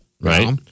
right